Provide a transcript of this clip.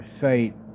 site